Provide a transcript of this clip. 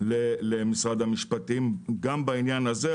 למשרד המשפטים גם בעניין הזה,